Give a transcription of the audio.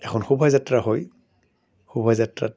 এখন শোভাযাত্ৰা হয় শোভাযাত্ৰাত